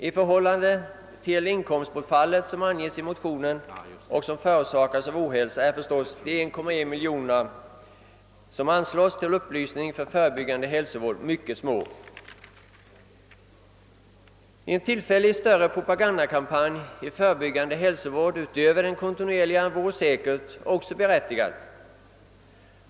I jämförelse med det inkomstbortfall som förorsakas av ohälsa utgör givetvis de 1,1 miljon kronor som anslås till upplysning för förebyggande hälsovård ett mycket litet belopp. En tillfällig större propagandakampanj för förebyggande hälsovård utöver den kontinuerliga vore säkert också berättigad.